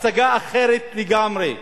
הצגה אחרת לגמרי.